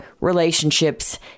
relationships